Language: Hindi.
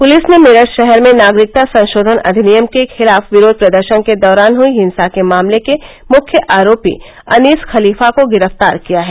पुलिस ने मेरठ शहर में नागरिकता संशोधन अधिनियम के खिलाफ विरोध प्रदर्शन के दौरान हुई हिंसा के मामले के मुख्य आरोपी अनीस खलीफा को गिरफ्तार किया है